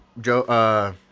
Joe